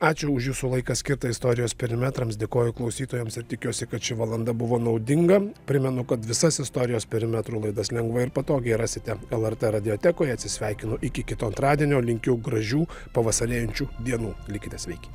ačiū už jūsų laiką skirtą istorijos perimetrams dėkoju klausytojams ir tikiuosi kad ši valanda buvo naudinga primenu kad visas istorijos perimetrų laidas lengvai ir patogiai rasite lrt radijotekoje atsisveikinu iki kito antradienio linkiu gražių pavasarėjančių dienų likite sveiki